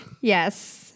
Yes